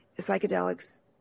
psychedelics